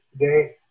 today